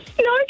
No